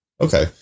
Okay